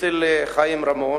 אצל חיים רמון.